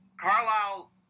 Carlisle